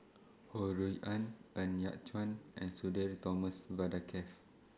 Ho Rui An Ng Yat Chuan and Sudhir Thomas Vadaketh